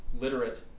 literate